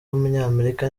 w’umunyamerika